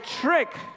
trick